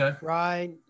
right